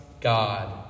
God